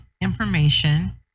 information